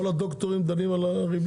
כל הדוקטורים דנים על הריבית?